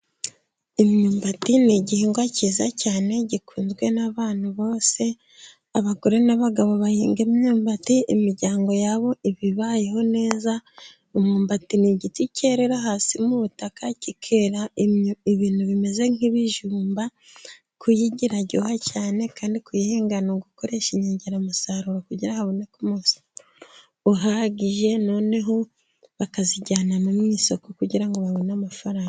Imyumbati n'igihingwa cyiza cyane gikunzwe n'abantu bose, abagore n'abagabo bahinga imyumbati imiryango yabo iba ibayeho neza, umwumbati ni igiti cyera hasi mu butaka kikera ibintu bimeze nk'ibijumba, kuyirya iraryoha cyane kandi kuyihinga n'ugukoresha inyongeramusaruro kugira haboneke umusaruro uhagije, noneho bakazijyana musoko kugira ngo babone amafaranga.